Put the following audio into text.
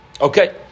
Okay